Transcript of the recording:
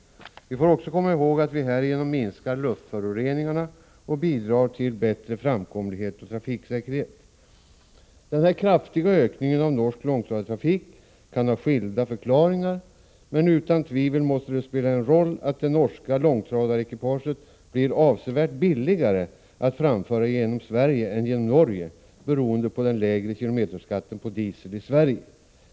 Vi får också komma ihåg att vi härigenom minskar t.ex. luftföroreningarna och bidrar till bättre framkomlighet och trafiksäkerhet. Den kraftiga ökningen av norsk långtradartrafik kan ha skilda förklaringar, men utan tvivel måste det spela en roll att det norska långtradarekipaget blir avsevärt billigare att framföra genom Sverige än genom Norge beroende på den lägre kilometerskatten på diesel i Sverige.